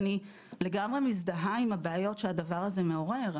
אני לגמרי מזדהה עם הבעיות שהדבר הזה מעורר.